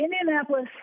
Indianapolis